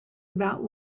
about